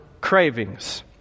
cravings